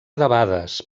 debades